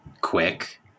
quick